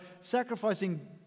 sacrificing